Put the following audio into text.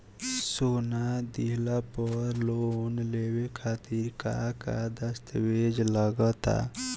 सोना दिहले पर लोन लेवे खातिर का का दस्तावेज लागा ता?